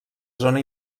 zona